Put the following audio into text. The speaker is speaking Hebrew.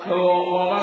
לא.